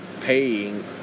paying